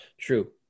True